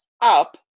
up